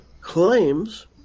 claims